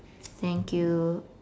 thank you